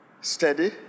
steady